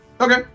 Okay